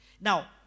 Now